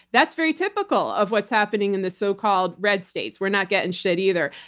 that's very typical of what's happening in the so-called red states. we're not getting shit either.